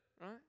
right